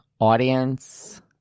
audience